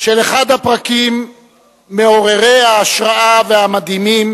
של אחד הפרקים מעוררי ההשראה והמדהימים